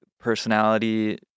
personality